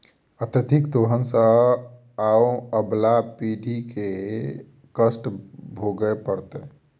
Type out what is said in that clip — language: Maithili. अत्यधिक दोहन सँ आबअबला पीढ़ी के कष्ट भोगय पड़तै